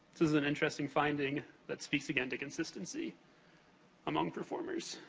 this is an interesting finding that speaks, again, to consistency among performers.